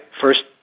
first